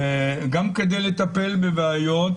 גם כדי לטפל בבעיות